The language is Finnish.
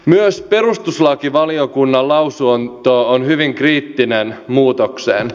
myös perustuslakivaliokunnan lausunto on hyvin kriittinen muutokseen